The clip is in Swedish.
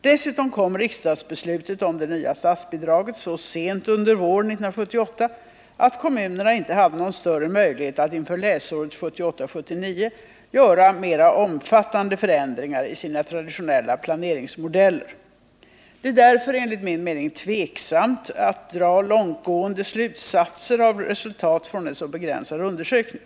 Dessutom kom riksdagsbeslutet om det nya statsbidragssystemet så sent under våren 1978 att kommunerna inte hade någon större möjlighet att inför läsåret 1978/79 göra mer omfattande förändringar i sina traditionella planeringsmodeller. Det är därför enligt min mening tveksamt om man skall dra långtgående slutsatser av resultat från en så begränsad undersökning.